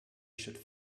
should